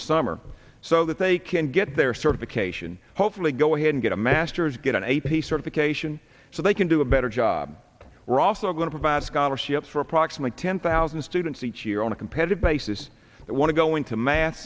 the summer so that they can get their certification hopefully go ahead and get a master's get an a p certification so they can do a better job we're also going to provide scholarships for approximately ten thousand students each year on a competitive basis that want to go into math